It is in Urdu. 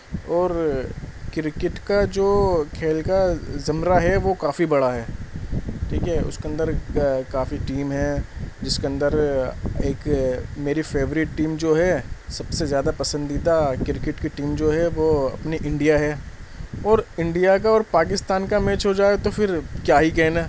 اور کرکٹ کا جو کھیل کا زمرہ ہے وہ کافی بڑا ہے ٹھیک ہے اس کے اندر کافی ٹیم ہیں جس کے اندر ایک میری فیوریٹ ٹیم جو ہے سب سے زیادہ پسندیدہ کرکٹ کی ٹیم جو ہے وہ اپنی انڈیا ہے اور انڈیا کا اور پاکستان کا میچ ہو جائے تو پھر کیا ہی کہنا